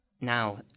now